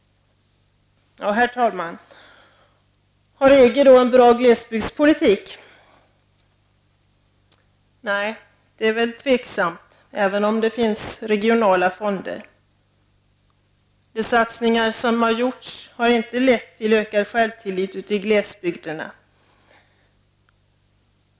Herr talman! Har EG en bra glesbygdspolitik? Nej, det är väl tveksamt, även om det finns regionala fonder. De satsningar som har gjorts har inte lett till ökad självtillit ute i glesbygderna.